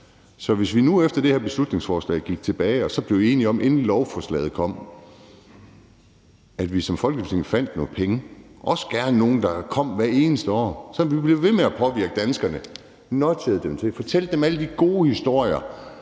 kunne vi efter det her beslutningsforslag gå tilbage og blive enige om, inden lovforslaget kommer, at vi som Folketing fandt nogle penge, også gerne nogle, der kom hvert eneste år, så vi kunne blive ved med at påvirke danskerne – blive ved med at nudge dem og fortælle dem alle de gode historier,